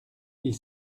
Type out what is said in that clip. ils